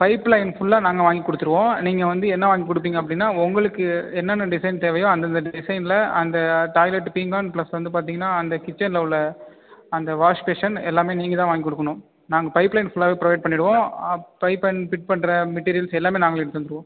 pipe line ஃபுல்லாக நாங்கள் வாங்கி கொடுத்துருவோம் நீங்கள் வந்து என்ன வாங்கி கொடுப்பீங்க அப்படின்னா உங்களுக்கு என்னென்ன டிசைன் தேவையோ அந்தந்த டிசைனில் அந்த டாய்லெட்டு பீங்கான் ப்ளஸ் வந்து பார்த்திங்கனா அந்த கிச்சனில் உள்ள அந்த வாஷ் பேஷன் எல்லாமே நீங்கள் தான் வாங்கிக்கொடுக்கணும் நாங்கள் பைப் லைன் ஃபுல்லாகவே ப்ரொவைட் பண்ணிவிடுவோம் பைப் லைன் ஃபிட் பண்ணுற மெடீரியல்ஸ் எல்லாமே நாங்களே எடுத்துகிட்டு வந்துருவோம்